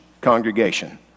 congregation